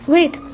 Wait